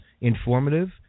informative